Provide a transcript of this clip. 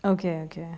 okay okay